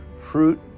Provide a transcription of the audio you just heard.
fruit